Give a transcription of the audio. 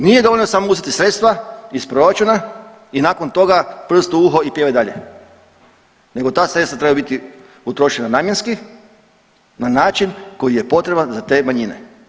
Nije dovoljno samo uzeti sredstva iz proračuna i nakon toga prst u uho i pjevaj dalje nego ta sredstva trebaju biti utrošena namjenski na način koji je potreban za te manjine.